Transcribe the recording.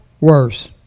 worse